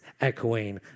echoing